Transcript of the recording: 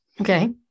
Okay